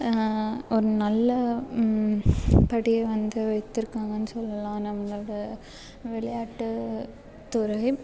ஒரு நல்ல படியே வந்து வைத்திருக்காங்கன்னு சொல்லலாம் நம்மளோட விளையாட்டுத்துறை